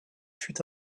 fut